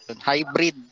hybrid